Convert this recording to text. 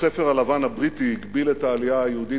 הספר הלבן הבריטי הגביל את העלייה היהודית